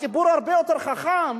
הציבור הרבה יותר חכם